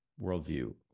worldview